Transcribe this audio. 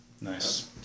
Nice